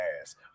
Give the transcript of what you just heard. ass